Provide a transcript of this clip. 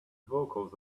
vocals